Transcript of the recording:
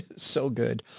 so good.